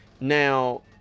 Now